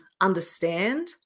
understand